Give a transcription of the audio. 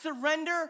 surrender